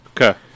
Okay